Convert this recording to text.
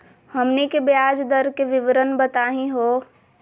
हमनी के ब्याज दर के विवरण बताही हो?